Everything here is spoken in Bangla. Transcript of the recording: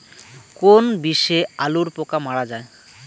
কোন বিষে আলুর পোকা মারা যায়?